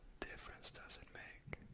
difference does it make?